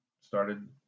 started